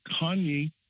Kanye